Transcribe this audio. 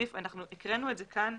הקראנו את זה כאן.